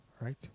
Right